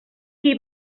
qui